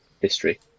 history